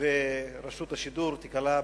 ורשות השידור תיקלע,